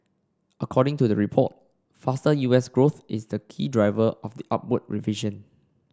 according to the report faster U S growth is the key driver of the upward revision